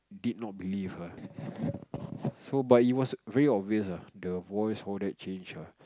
he did not believe ah so but it was real obvious ah the voice all that change ah